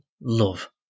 love